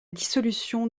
dissolution